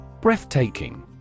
Breathtaking